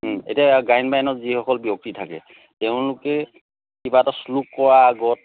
এতিয়া ইয়াত গায়ন বায়নত যিসকল ব্যক্তি থাকে তেওঁলোকে কিবা এটা শ্লোক কোৱাৰ আগত